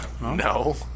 No